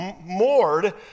moored